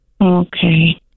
Okay